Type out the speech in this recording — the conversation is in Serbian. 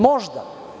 Možda.